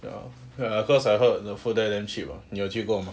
ya ya cause I heard the food there damn cheap ah 你有去过吗